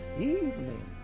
evening